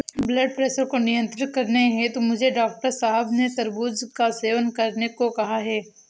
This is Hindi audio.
ब्लड प्रेशर को नियंत्रित करने हेतु मुझे डॉक्टर साहब ने तरबूज का सेवन करने को कहा है